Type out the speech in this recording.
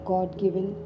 God-given